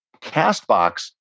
CastBox